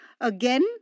again